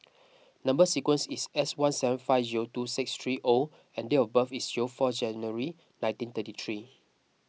Number Sequence is S one seven five zero two six three O and date of birth is zero four January nineteen thirty three